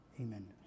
Amen